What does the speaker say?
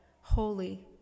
holy